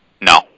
No